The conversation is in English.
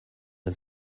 has